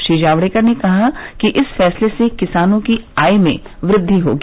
श्री जावडेकर ने कहा है कि इस फैसले से किसानों की आय में वृद्धि होगी